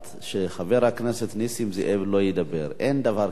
שחבר הכנסת נסים זאב לא ידבר, אין דבר כזה.